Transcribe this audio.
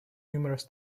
numerous